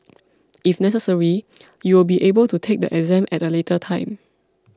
if necessary you will be able to take the exam at a later time